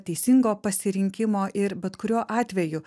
teisingo pasirinkimo ir bet kuriuo atveju